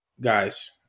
guys